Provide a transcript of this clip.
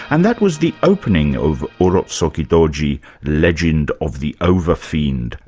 and that was the opening of urotsukidoji, legend of the overfiend,